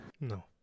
No